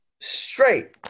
straight